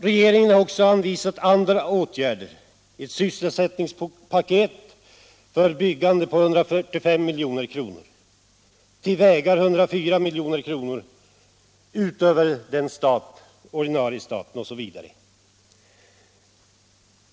Regeringen har också anvisat andra åtgärder — ett sysselsättningspaket med 145 milj.kr. till byggande, 104 milj.kr. till vägar utöver den ordinarie staten, osv.